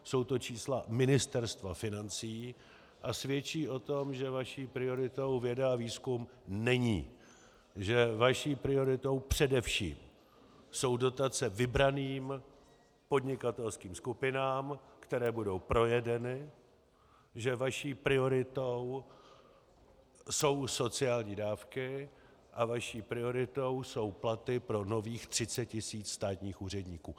Jsou to čísla Ministerstva financí a svědčí o tom, že vaší prioritou věda a výzkum není, že vaší prioritou jsou především dotace vybraným podnikatelským skupinám, které budou projedeny, že vaší prioritou jsou sociální dávky a vaší prioritou jsou platy pro nových třicet tisíc státních úředníků.